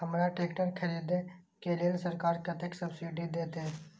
हमरा ट्रैक्टर खरदे के लेल सरकार कतेक सब्सीडी देते?